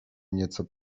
nieco